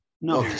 No